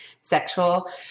sexual